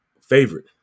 favorite